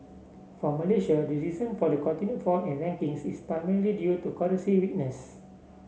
for Malaysia the reason for the continued fall in rankings is primarily due to currency weakness